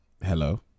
hello